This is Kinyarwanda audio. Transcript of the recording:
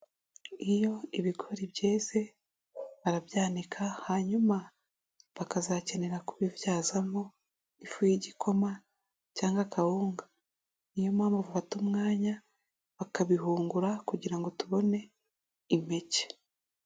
Iyo ibigori byeze, barabika, hanyuma bakazakenera kubibyazamo ifu y'igikoma cyangwa kawunga. Niyo mpamvu ufata umwanya bakabihungura kugira ngo tubone impeke.